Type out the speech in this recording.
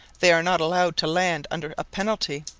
they are not allowed to land under a penalty,